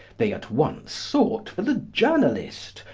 they at once sought for the journalist,